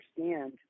understand